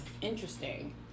interesting